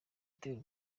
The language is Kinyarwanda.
itera